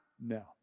No